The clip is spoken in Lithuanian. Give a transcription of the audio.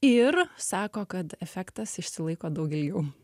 ir sako kad efektas išsilaiko daug ilgiau